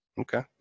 Okay